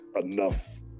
enough